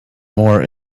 more